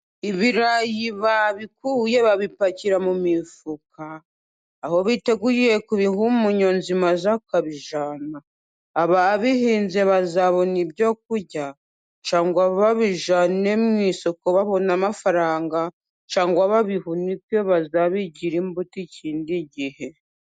Ibirayi babikuye babipakira mu mifuka, aho biteguye kubiha umunyonzi maze akabibyana. Ababihinze bazabona ibyo kurya ,cyangwa ngo babijyane mu isoko babone amafaranga, cyangwa babihunike bazabigire imbuto ikindi igihe.